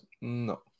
No